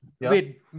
Wait